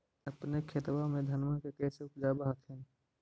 अपने खेतबा मे धन्मा के कैसे उपजाब हखिन?